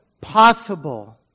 possible